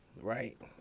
right